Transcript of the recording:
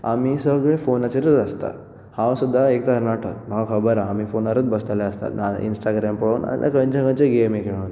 आमी सगळें फॉनाचेरूच आसता हांव सुद्दां एक तरणाटो म्हाका खबर आसा आमी फॉनारूच बसलले आसतात इंस्टग्राम पळोवन नाजाल्यार खंचे खंचे गॅमी पळोवन